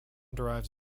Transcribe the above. derives